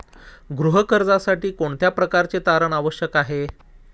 गृह कर्जासाठी कोणत्या प्रकारचे तारण आवश्यक आहे?